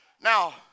Now